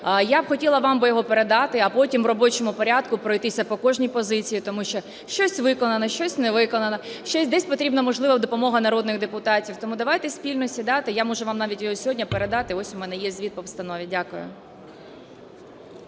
Я б хотіла вам би його передати, а потім в робочому порядку пройтися по кожній позиції, тому що щось виконано, щось не виконано, десь потрібна, можливо, допомога народних депутатів. Тому давайте спільно сідати, я можу вам навіть його сьогодні передати. Ось у мене є звіт по постанові. Дякую.